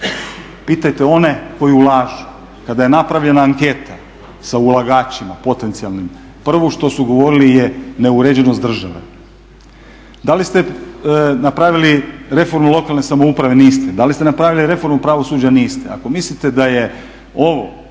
Pitajte one koji ulažu. Kada je napravljena anketa sa ulagačima potencijalnim prvo što su govorili je neuređenost države. Da li ste napravili reformu lokalne samouprave, niste. Da li ste napravili reformu pravosuđa, niste. Ako mislite da je ovo